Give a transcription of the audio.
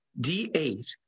D8